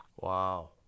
Wow